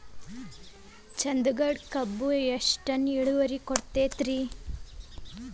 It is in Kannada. ಚಂದಗಡ ಕಬ್ಬು ಎಷ್ಟ ಟನ್ ಇಳುವರಿ ಕೊಡತೇತ್ರಿ?